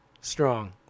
strong